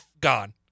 Gone